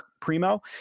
primo